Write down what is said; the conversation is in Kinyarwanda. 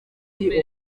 mbere